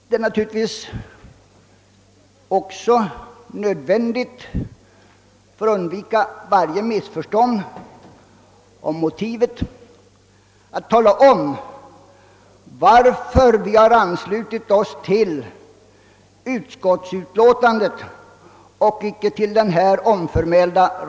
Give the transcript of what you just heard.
Det är naturligtvis också för att undvika varje missförstånd om motivet till vårt ställningstagande nödvändigt att tala om, varför vi har anslutit oss till majoriteten i andra lagutskottets utlåtande nr 26 och icke till folkpartireservanterna.